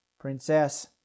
Princess